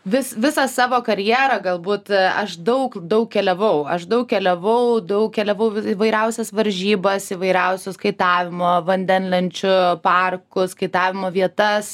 vis visą savo karjerą galbūt aš daug daug keliavau aš daug keliavau daug keliavau įvairiausias varžybas įvairiausius kaitavimo vandenlenčių parkų kaitavimo vietas